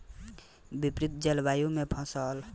विपरीत जलवायु में फसल उत्पादन खातिर उपाय ढूंढ़ल गइल बा